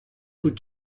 put